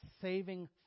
saving